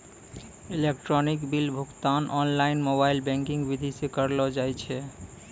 electronic bill भुगतान online mobile banking विधि से करलो जाय छै